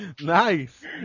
Nice